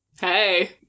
Hey